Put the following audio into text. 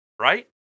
Right